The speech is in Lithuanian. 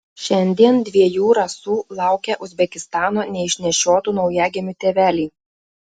šiandien dviejų rasų laukia uzbekistano neišnešiotų naujagimių tėveliai